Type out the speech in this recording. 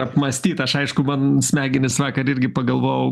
apmąstyt aš aišku mano smegenys vakar irgi pagalvojau